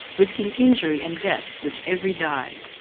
risking injury and death with every dive.